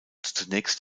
zunächst